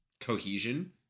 cohesion